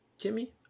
Kimmy